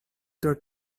their